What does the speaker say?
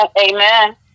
Amen